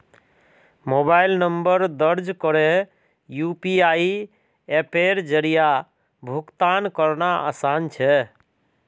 mobile number दर्ज करे UPI अप्पेर जरिया भुगतान करना आसान छे